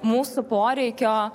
mūsų poreikio